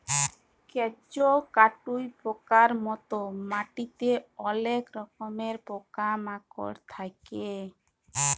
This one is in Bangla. কেঁচ, কাটুই পকার মত মাটিতে অলেক রকমের পকা মাকড় থাক্যে